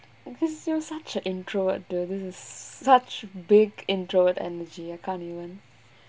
because you're such an introvert though this is such big introvert energy I can't even